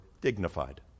dignified